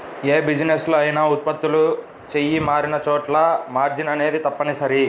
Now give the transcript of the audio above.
యే బిజినెస్ లో అయినా ఉత్పత్తులు చెయ్యి మారినచోటల్లా మార్జిన్ అనేది తప్పనిసరి